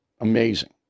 amazing